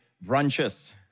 branches